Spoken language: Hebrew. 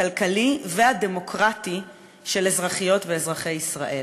הכלכלי והדמוקרטי של אזרחיות ואזרחי ישראל.